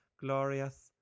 glorious